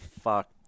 fuck